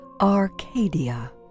Arcadia